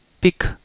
pick